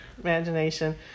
imagination